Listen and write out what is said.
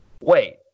Wait